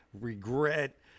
regret